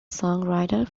songwriter